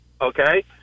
okay